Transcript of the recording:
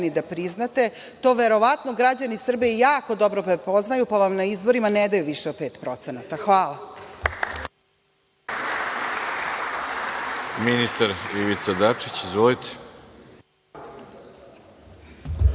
da priznate, to verovatno građani Srbije jako dobro prepoznaju, pa vam na izborima ne daju više od 5 procenata. Hvala.